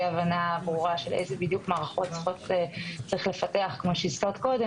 הבנה ברורה של איזה בדיוק מערכות צריך לפתח כמו שהזכרת קודם,